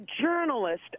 journalist